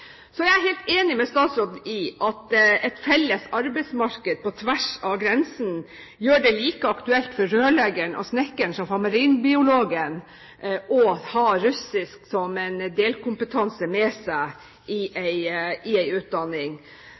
Så er jeg helt enig med statsråden i at et felles arbeidsmarked på tvers av grensen gjør det like aktuelt for rørleggeren og snekkeren som for marinbiologen å ha med seg russisk som delkompetanse i en